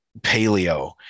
paleo